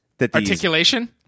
Articulation